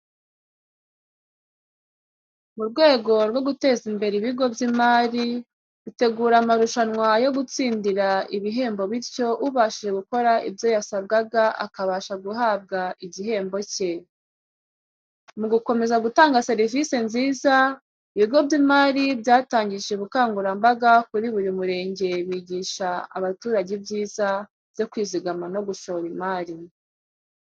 Mu rwego rwo guteza imbere ibigo by'imari, bitegura amarushanywa yo gutsindira ibihembo bityo ubashije gukora ibyo yasabwaga akabasha guhabwa igihembo cye. Mu gukomeza gutanga serivise nziza ibigo by'imari byatangije ubukangurambaga kuri buri murenge bigisha abaturage Ibyiza byo kwizigama, no gushora imari.